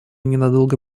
ненадолго